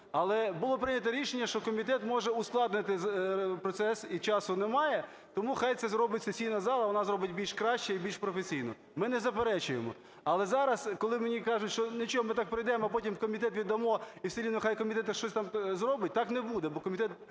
Але було прийнято рішення, що комітет може ускладнити процес, і часу немає, тому хай це зробить сесійна зала, вона зробить більш краще і більш професійно. Ми не заперечуємо. Але зараз, коли мені кажуть, що "нічого, ми так пройдемо, а потім в комітет віддамо, і все рівно хай комітет щось там зробить". Так не буде, бо комітет